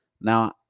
Now